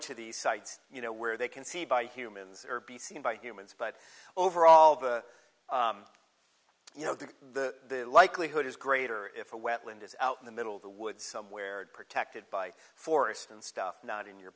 to these sites you know where they can see by humans or be seen by humans but overall the you know the likelihood is greater if a wet lynda's out in the middle of the woods somewhere protected by forest and stuff not in your